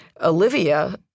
Olivia